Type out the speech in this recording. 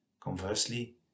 Conversely